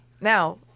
Now